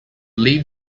leave